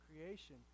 creation